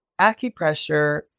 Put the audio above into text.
acupressure